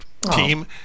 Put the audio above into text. team